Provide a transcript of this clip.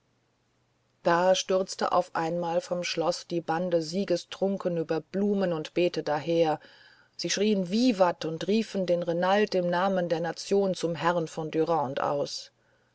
da stürzte auf einmal vom schloß die bande siegestrunken über blumen und beete daher sie schrien vivat und riefen den renald im namen der nation zum herrn von dürande aus